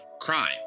crime